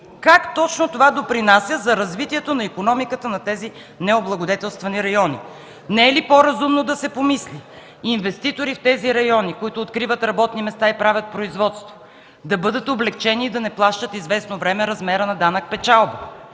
Как точно това допринася за развитието на икономиката на тези необлагодетелствани райони? Не е ли по-разумно да се помисли: инвеститорите в тези райони, които откриват работни места и правят производство, да бъдат облекчени и да не плащат известно време размера на данък печалба;